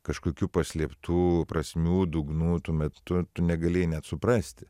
kažkokių paslėptų prasmių dugnų tuo metu tu negalėjai net suprasti